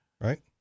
right